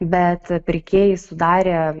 bet pirkėjai sudarę